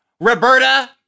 Roberta